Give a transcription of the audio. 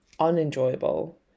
unenjoyable